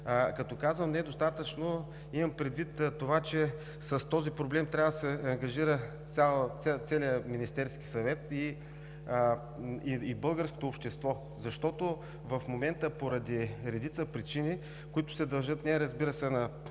Като казвам недостатъчно, имам предвид това, че с този проблем трябва да се ангажира целият Министерски съвет и българското общество. Защото в момента поради редица причини, които се дължат, не, разбира се, на